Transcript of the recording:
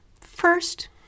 first